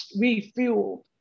refueled